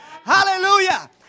Hallelujah